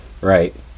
right